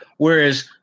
Whereas